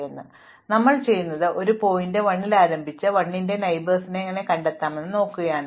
അതിനാൽ നമ്മൾ ചെയ്യുന്നത് ഞങ്ങൾ ശീർഷകം 1 ൽ ആരംഭിച്ച് 1 ന്റെ അയൽക്കാരെ എങ്ങനെ കണ്ടെത്താമെന്ന് ഞങ്ങൾക്കറിയാം